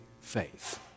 faith